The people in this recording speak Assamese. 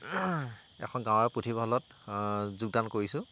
এখন গাঁৱৰে পুথিভঁৰালত যোগদান কৰিছোঁ